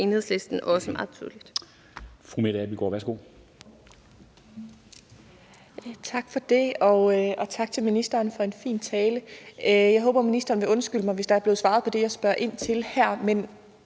Enhedslisten, også meget tydeligt.